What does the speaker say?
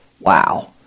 Wow